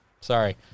Sorry